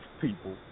people